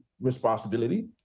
responsibility